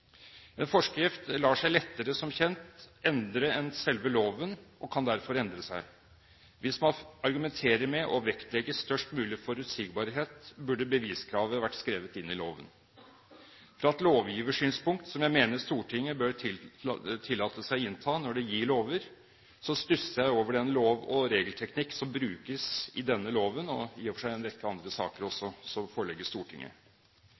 En forskrift lar seg lettere endre enn selve loven og kan derfor endre seg. Hvis man argumenterer med å vektlegge størst mulig forutsigbarhet, burde beviskravet vært skrevet inn i loven. Ut fra en lovgivers synspunkt, som jeg mener at Stortinget bør tillate seg å innta når det gir lover, stusser jeg over den lov- og regelteknikk som brukes i denne loven, og i og for seg i en rekke andre saker også som forelegges Stortinget.